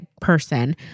person